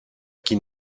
qui